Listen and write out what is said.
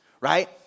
right